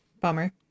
Bummer